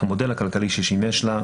המודל הכלכלי ששימש לה,